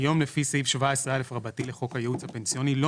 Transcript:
היום לפי סעיף 17א לחוק הייעוץ הפנסיוני לא